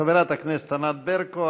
חברת הכנסת ענת ברקו.